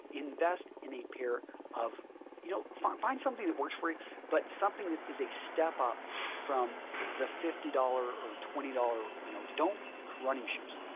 invest in a pair of you know find find something that works for you but something that is a step up from the fifty dollars or twenty dollars, you know don't running shoes.